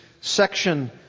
section